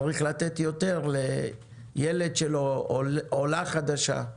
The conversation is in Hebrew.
צריך לתת יותר לילד או לעולה חדשה,